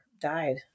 Died